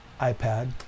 iPad